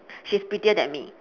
she's prettier than me